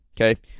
Okay